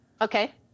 Okay